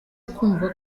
akumva